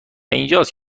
اینجاست